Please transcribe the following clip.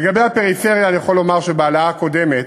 לגבי הפריפריה, אני יכול לומר שבהעלאה הקודמת